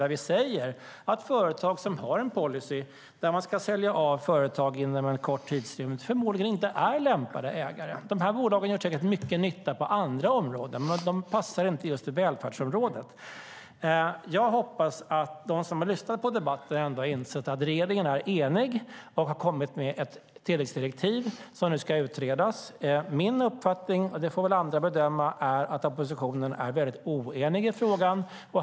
Där säger vi att företag som har en policy att sälja av företag inom en kort tidsrymd förmodligen inte är lämpade som ägare. De bolagen gör säkert mycket nytta på andra områden. Men de passar inte på just välfärdsområdet. Jag hoppas att de som har lyssnat på debatten ändå har insett att regeringen är enig och har kommit med ett tilläggsdirektiv, och frågan ska nu utredas. Min uppfattning är - och det får väl andra bedöma - att oppositionen är väldigt oenig i frågan.